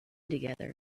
together